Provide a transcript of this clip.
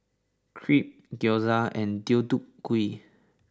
Crepe Gyoza and Deodeok Gui